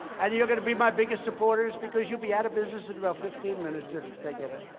and you're going to be my biggest supporters because you'll be out of business in about fifteen minutes, if they get it.